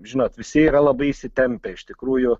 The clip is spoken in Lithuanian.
žinot visi yra labai įsitempę iš tikrųjų